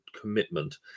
commitment